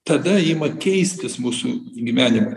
tada ima keistis mūsų gyvenimas